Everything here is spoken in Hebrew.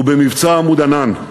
ובמבצע "עמוד ענן".